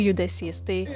judesys tai